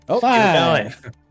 five